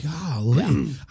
Golly